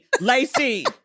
Lacey